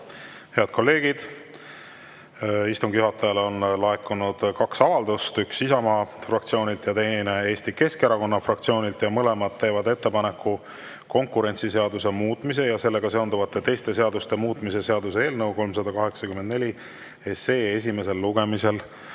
head kolleegid, istungi juhatajale on laekunud kaks avaldust, üks Isamaa fraktsioonilt ja teine Eesti Keskerakonna fraktsioonilt. Mõlemad teevad ettepaneku konkurentsiseaduse muutmise ja sellega seonduvalt teiste seaduste muutmise seaduse eelnõu 384 esimesel lugemisel